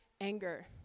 anger